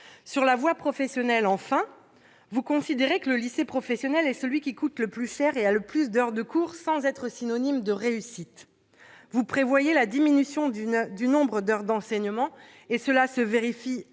la voie professionnelle, vous considérez que le lycée professionnel est celui qui « coûte le plus cher et a le plus d'heures de cours sans être synonyme de réussite ». Vous prévoyez la diminution du nombre d'heures d'enseignement. Cela se vérifie, notamment,